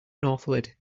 northward